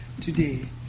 today